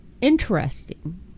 interesting